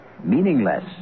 Meaningless